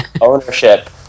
ownership